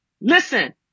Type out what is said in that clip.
Listen